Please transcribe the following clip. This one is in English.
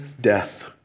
death